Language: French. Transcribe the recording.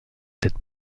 cette